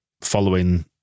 following